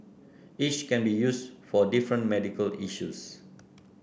each can be used for different medical issues